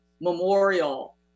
memorial